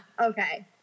Okay